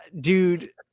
Dude